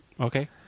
okay